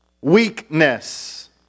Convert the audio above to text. weakness